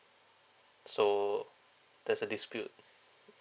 so there's a dispute